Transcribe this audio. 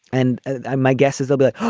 and ah my guess is a bit.